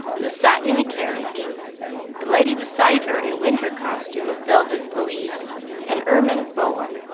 who sat in a carriage the lady beside her, in winter costume of velvet pelisse and ermine boa,